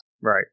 Right